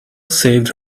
saved